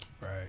Right